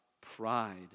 pride